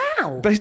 Wow